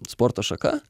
sporto šaka